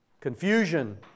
Confusion